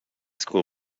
school